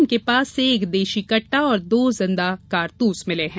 इनके पास से एक देशी कट्टा और दो जिन्दा कारतूस मिले हैं